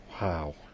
wow